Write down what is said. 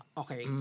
okay